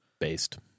Based